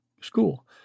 school